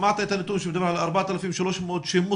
שמעת את הנתון שמדבר על 4,300 שמוסעים,